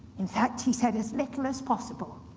in fact, he said as little as possible,